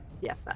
Yes